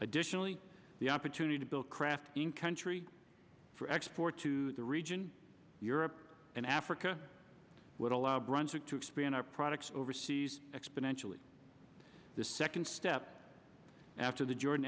additionally the opportunity to build craft in country for export to the region europe and africa would allow brunswick to expand our products overseas exponentially the second step after the jordan